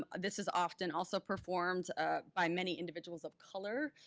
um this is often also performed by many individuals of color.